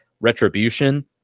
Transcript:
retribution